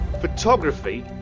photography